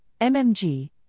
MMG